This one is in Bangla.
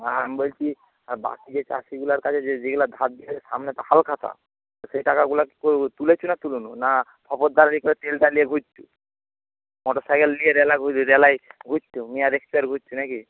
হ্যাঁ আর আমি বলছি বাকি যে চাষীগুলোর কাজে সামনে তো হালখাতা তো সে টাকাগুলো কি করবো তুলেছ না তোলনি না ফোঁফরদালালি করে চালিয়ে ঘুরছিস মোটরসাইকেল নিয়ে রেলা রেলায় ঘুরছো মেয়ে দেখছো আর ঘুরছ না কি